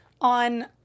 on